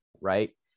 right